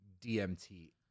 DMT